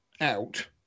out